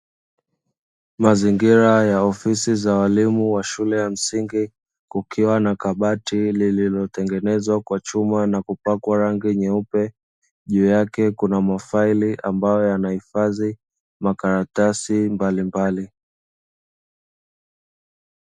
Mazingira ya ofisi za walimu wa shule ya msingi, kukiwa na kabati lililotengenezwa kwa chuma na kupakwa rangi nyeupe, juu yake kuna mafaili ambayo yanahifadhi makaratasi mbalimbali.